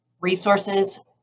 resources